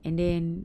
and then